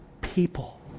People